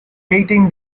eighteen